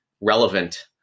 relevant